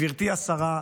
גברתי השרה,